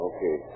Okay